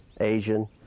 Asian